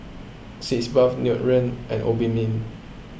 Sitz Bath Nutren and Obimin